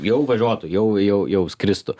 jau važiuotų jau jau jau skristų